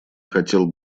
хотел